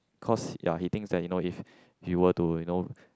cause ya he thinks that you know if he will to you know